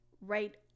right